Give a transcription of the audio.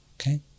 Okay